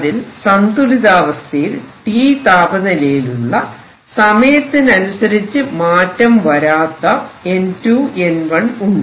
അതിൽ സന്തുലിതാവസ്ഥയിൽ T താപനിലയിലുള്ള സമയത്തിനനുസരിച്ച് മാറ്റം വരാത്ത ഉണ്ട്